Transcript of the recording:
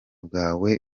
bwawe